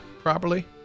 properly